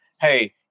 Hey